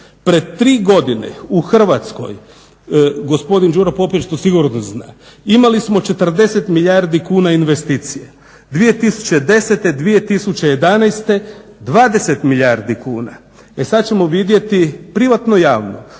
Pred 3 godine u Hrvatskoj, gospodin Đuro Popijač to sigurno zna, imali smo 40 milijardi kuna investicije 2010., 2011. 20 milijardi kuna, e sad ćemo vidjeti, privatno i javno,